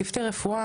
צוותי רפואה,